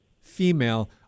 female